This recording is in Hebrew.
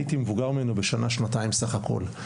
הייתי מבוגר ממנו בשנה-שנתיים בסך הכל.